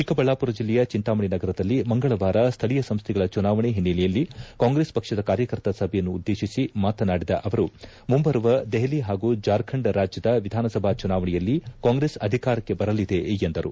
ಚಿಕ್ಕಬಳ್ಳಾವುರ ಜಿಲ್ಲೆಯ ಚಿಂತಾಮಣಿ ನಗರದಲ್ಲಿ ಸ್ಥಳೀಯ ಸಂಸ್ಥೆಗಳ ಚುನಾವಣೆ ಓನ್ನೆಲೆಯಲ್ಲಿ ಕಾಂಗ್ರೆಸ್ ಪಕ್ಷದ ಕಾರ್ಯಕರ್ತರ ಸಭೆಯನ್ನು ಉದ್ದೇತಿಸಿ ಮಾತನಾಡಿದ ಅವರು ಮುಂಬರುವ ದೆಹಲಿ ಹಾಗೂ ಜಾರ್ಖಂಡ್ ರಾಜ್ಯದ ವಿಧಾನ ಸಭಾ ಚುನಾವಣೆಗಳಲ್ಲಿಯೂ ಕಾಂಗ್ರೆಸ್ ಅಧಿಕಾರಕ್ಕೆ ಬರಲಿದೆ ಎಂದರು